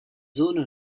zones